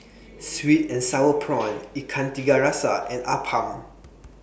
Sweet and Sour Prawns Ikan Tiga Rasa and Appam